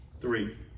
three